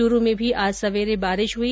चूरू में भी आज सवेरे बारिश हुई